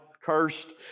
cursed